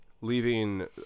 leaving